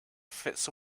fits